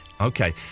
Okay